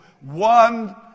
one